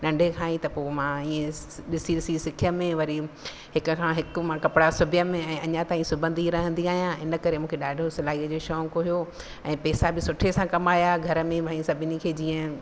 नंढे खां ई त पोइ मां ईअं ॾिसी ॾिसी सिखियमि वरी हिक खां हिकु मां कपिड़ा सिबियमि ऐं अञा ताईं सिबंदी रहिंदी आहियां इन करे मूंखे ॾाढो सिलाईअ जो शौक़ु हुयो ऐं पेसा बि सुठे सां कमाया घर में भई सभिनी खे जीअं